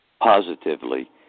positively